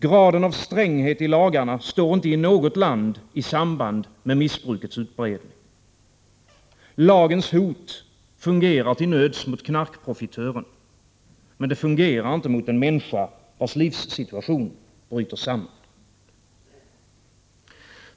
Graden av stränghet i lagarna står inte i något land i samband med missbrukets utbredning. Lagens hot fungerar till nöds mot knarkprofitören. Men det fungerar inte mot en människa vars livssituation bryter samman.